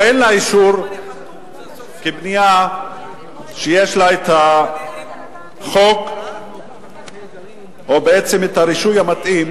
או אין לה אישור כבנייה שיש לה החוק או בעצם את הרישוי המתאים,